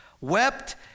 wept